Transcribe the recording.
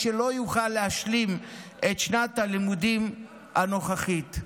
שלא יוכל להשלים את שנת הלימודים הנוכחית.